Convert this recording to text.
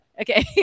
Okay